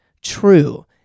true